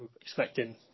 expecting